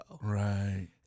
Right